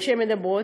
איך שהן מדברות.